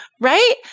right